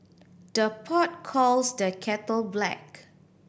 the pot calls the kettle black